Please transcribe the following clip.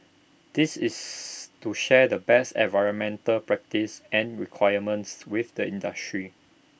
this is to share the best environmental practices and requirements with the industry